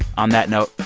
on that note,